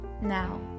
now